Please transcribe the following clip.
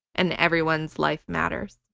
and everyone's life matters.